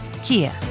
Kia